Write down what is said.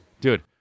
Dude